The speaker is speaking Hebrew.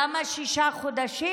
למה שישה חודשים?